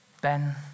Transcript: Ben